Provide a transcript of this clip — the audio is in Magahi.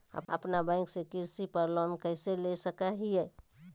अपना बैंक से कृषि पर लोन कैसे ले सकअ हियई?